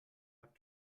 hat